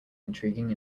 intriguing